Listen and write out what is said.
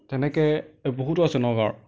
তেনেকৈ বহুতো আছে নগাঁৱৰ